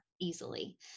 easily